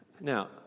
Now